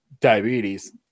diabetes